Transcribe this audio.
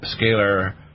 scalar